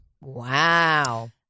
Wow